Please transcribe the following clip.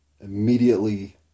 immediately